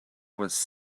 was